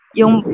yung